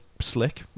slick